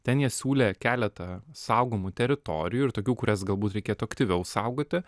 ten jie siūlė keletą saugomų teritorijų ir tokių kurias galbūt reikėtų aktyviau saugoti